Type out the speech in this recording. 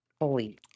Holy